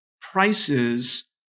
prices